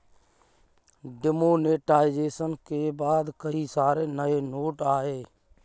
demonetisation के बाद कई सारे नए नोट आये